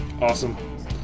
Awesome